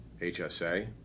HSA